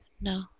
no